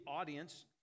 audience